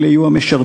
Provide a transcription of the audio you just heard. אלה יהיו המשרתים,